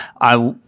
I-